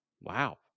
Wow